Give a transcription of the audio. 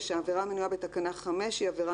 6. העבירה המנויה בתקנה 5 היא עבירה